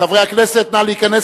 חברי הכנסת, נא להיכנס.